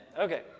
Okay